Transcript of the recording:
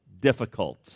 difficult